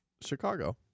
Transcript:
Chicago